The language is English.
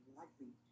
likely